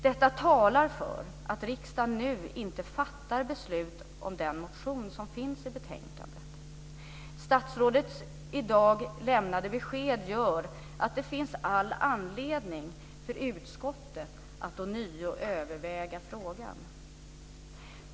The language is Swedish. Detta talar för att riksdagen nu inte fattar beslut om den motion som finns i betänkandet. Statsrådets i dag lämnade besked gör att det finns all anledning för utskottet att ånyo överväga frågan.